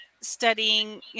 studying